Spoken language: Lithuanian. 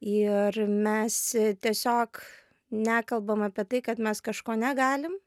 ir mes tiesiog nekalbam apie tai kad mes kažko negalim